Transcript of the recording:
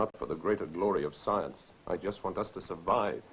not for the greater glory of science i just want us to survive